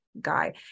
guy